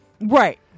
Right